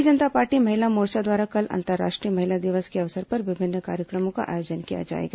भारतीय जनता पार्टी महिला मोर्चा द्वारा कल अंतर्राष्ट्रीय महिला दिवस के अवसर पर विभिन्न कार्यक्रमों का आयोजन किया जाएगा